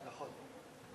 נכון.